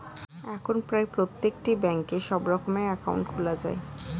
এখন প্রায় প্রত্যেকটি ব্যাঙ্কে সব রকমের অ্যাকাউন্ট খোলা যায়